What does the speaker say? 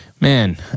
man